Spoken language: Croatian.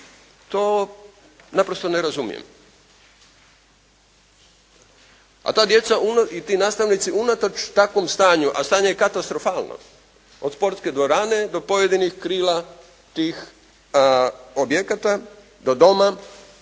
to naprosto ne razumijem. A ta djeca i ti nastavnici unatoč takvom stanju a stanje je katastrofalno od sportske dvorane do pojedinih krila tih objekata do doma,